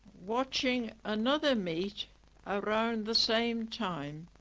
watching another meet around the same time